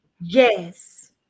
Yes